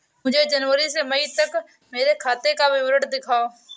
मुझे जनवरी से मई तक मेरे खाते का विवरण दिखाओ?